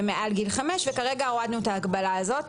מעל גיל חמש וכרגע הורדנו את ההגבלה הזאת.